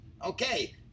Okay